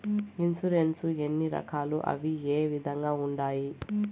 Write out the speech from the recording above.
insurance ఎన్ని రకాలు అవి ఏ విధంగా ఉండాయి